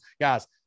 Guys